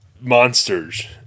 monsters